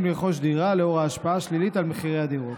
לרכוש דירה לנוכח ההשפעה השלילית על מחירי הדירות.